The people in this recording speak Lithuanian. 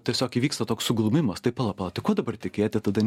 tiesiog įvyksta toks suglumimas tai pala pala tai kuo dabar tikėti tada